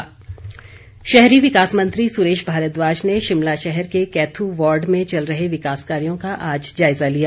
विकास कार्य शहरी विकास मंत्री सुरेश भारद्वाज ने शिमला शहर के कैथ् वार्ड में चल रहे विकास कार्यो का आज जायजा लिया